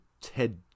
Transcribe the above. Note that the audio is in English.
Ted